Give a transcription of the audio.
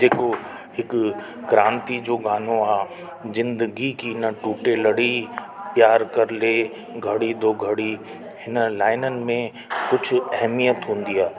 जेको हिक क्रांति जो गानो आहे जिंदगी की न टूटे लड़ी प्यार करले घड़ी दो घड़ी हिन लाइननि में कुझु अहमियतु हूंदी आहे